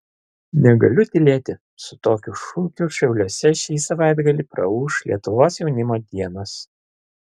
negaliu tylėti su tokiu šūkiu šiauliuose šį savaitgalį praūš lietuvos jaunimo dienos